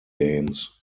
games